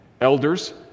Elders